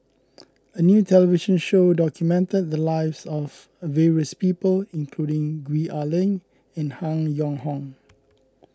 a new television show documented the lives of various people including Gwee Ah Leng and Han Yong Hong